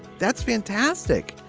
that's fantastic.